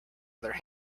other